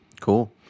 Cool